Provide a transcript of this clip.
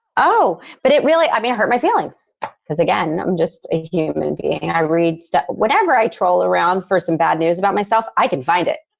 oh, but it really i mean, it hurt my feelings because, again, i'm just a human being. and i read stuff, whatever. i troll around for some bad news about myself. i can find it.